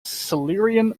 silurian